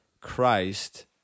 Christ